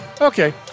Okay